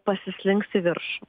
pasislinks į viršų